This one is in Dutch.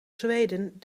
zweden